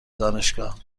دانشگاه